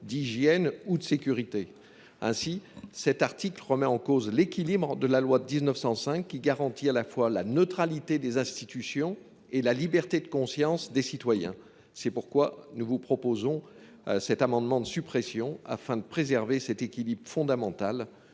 d’hygiène ou de sécurité. De la sorte, cet article remet en cause l’équilibre de la loi de 1905, qui garantit à la fois la neutralité des institutions et la liberté de conscience des citoyens. Nous proposons donc d’adopter cet amendement de suppression de l’article 3, afin de préserver cet équilibre fondamental